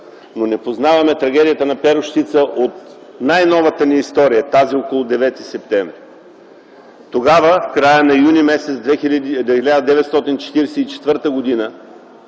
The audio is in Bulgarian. но не познаваме трагедията на Перущица от най-новата ни история – тази около 9-и септември. В края на м. юни 1944 г.